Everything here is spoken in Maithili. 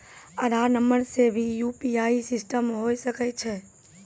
आधार नंबर से भी यु.पी.आई सिस्टम होय सकैय छै?